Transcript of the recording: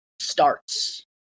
starts